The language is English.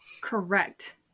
Correct